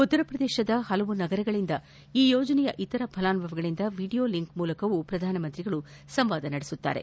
ಉತ್ತರಪ್ರದೇಶದ ವಿವಿಧ ನಗರಗಳಿಂದ ಈ ಯೋಜನೆಯ ಇತರೆ ಫಲಾನುಭವಿಗಳಿಂದ ವೀಡಿಯೊ ಲಿಂಕ್ ಮೂಲಕವೂ ಪ್ರಧಾನಮಂತ್ರಿಯವರು ಸಂವಾದ ನಡೆಸುವರು